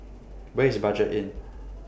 Where IS Budget Inn